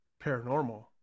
paranormal